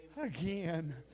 again